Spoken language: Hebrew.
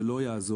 זה לא יעזור.